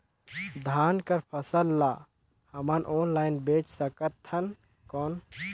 धान कर फसल ल हमन ऑनलाइन बेच सकथन कौन?